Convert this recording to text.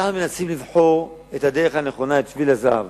אנחנו מנסים לבחור את הדרך הנכונה, את שביל הזהב,